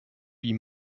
puis